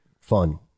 fun